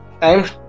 time